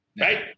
Right